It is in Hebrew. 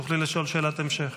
תוכלי לשאול שאלת המשך.